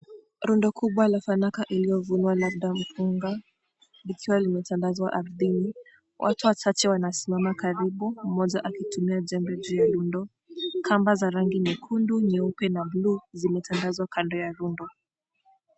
Rundo kubwa la fanaka iliyovunwa, labdaa mpunga, likiwa limetandazwa ardhini. Watu wachache wanasimama karibu, mmoja akitumia jembe juu ya rundo. Kamba za rangi nyekundu, nyeupe na bluu zimetandazwa kando ya rundo.